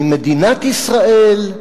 ממדינת ישראל,